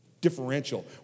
differential